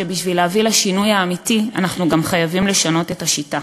שבשביל להביא לשינוי האמיתי אנחנו גם חייבים לשנות את השיטה,